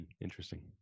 Interesting